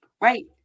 Right